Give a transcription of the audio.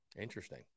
Interesting